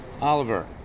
Oliver